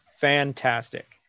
fantastic